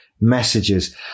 messages